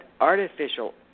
artificial